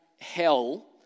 hell